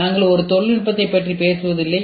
நாங்கள் ஒரு தொழில்நுட்பத்தைப் பற்றி பேசுவதில்லை